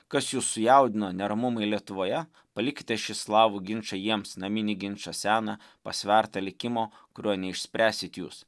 kas jus sujaudino neramumai lietuvoje palikite šį slavų ginčą jiems naminį ginčą seną pasvertą likimo kurio neišspręsit jūs